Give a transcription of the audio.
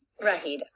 Rahid